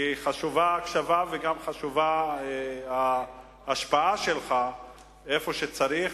כי חשובה ההקשבה וגם חשובה ההשפעה שלך איפה שצריך,